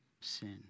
sin